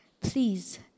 Please